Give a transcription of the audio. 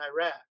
Iraq